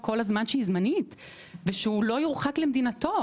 כל הזמן שהיא זמנית ושהוא לא יורחק למדינתו,